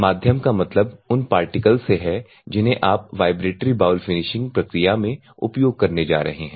माध्यम का मतलब उन पार्टिकल्स से है जिन्हें आप वाइब्रेटरी बाउल फिनिशिंग प्रक्रिया में उपयोग करने जा रहे हैं